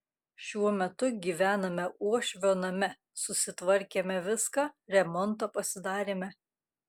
šiuo metu gyvename uošvio name susitvarkėme viską remontą pasidarėme